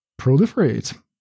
proliferate